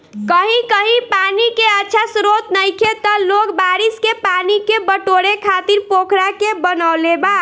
कही कही पानी के अच्छा स्त्रोत नइखे त लोग बारिश के पानी के बटोरे खातिर पोखरा के बनवले बा